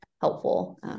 helpful